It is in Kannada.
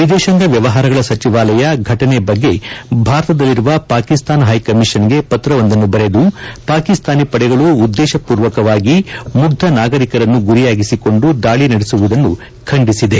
ವಿದೇಶಾಂಗ ವ್ಯವಹಾರಗಳ ಸಚಿವಾಲಯ ಘಟನೆ ಬಗ್ಗೆ ಭಾರತದಲ್ಲಿರುವ ಪಾಕಿಸ್ತಾನ ಹೈಕಮಿಷನ್ಗೆ ಪತ್ರವೊಂದನ್ನು ಬರೆದು ಪಾಕಿಸ್ತಾನಿ ಪಡೆಗಳು ಉದ್ದೇಶ ಪೂರ್ವಕವಾಗಿ ಮುಗ್ದ ನಾಗರಿಕರನ್ನು ಗುರಿಯಾಗಿಸಿಕೊಂಡು ದಾಳಿ ನಡೆಸುವುದನ್ನು ಖಂಡಿಸಿದೆ